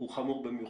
הוא חמור במיוחד.